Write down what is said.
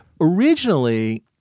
Originally